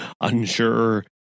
Unsure